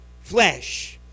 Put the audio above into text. flesh